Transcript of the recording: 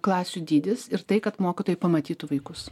klasių dydis ir tai kad mokytojai pamatytų vaikus